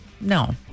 No